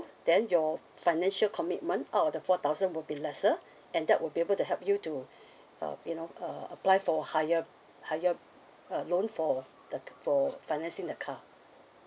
then your financial commitment out of the four thousand would be lesser and that would be able to help you to uh you know uh apply for higher higher uh loan for the for financing the car